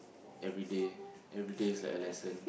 everyday everyday is like a lesson